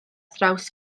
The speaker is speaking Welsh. draws